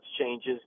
changes